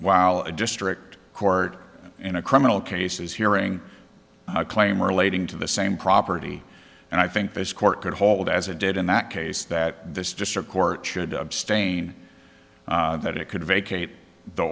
while a district court in a criminal case is hearing a claim relating to the same property and i think this court could hold as it did in that case that this district court should abstain that it could vacate the